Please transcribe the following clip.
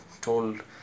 told